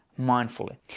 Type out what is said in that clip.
mindfully